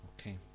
Okay